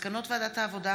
ועדת העבודה,